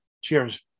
cheers